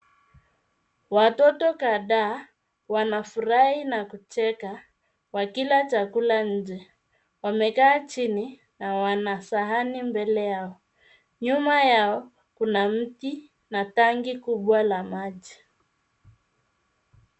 Watoto kadhaa wanafurahi na kucheka wakila chakula nje. Wamekaa chini na wana sahani mbele yao. Nyuma yao kuna mti na tangi kubwa la maji.